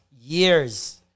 years